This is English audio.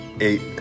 Eight